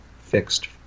fixed